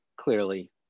clearly